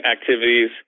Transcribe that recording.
activities